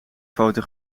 foto